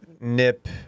nip